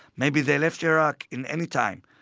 maybe they left iraq in any time.